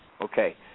Okay